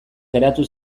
geratu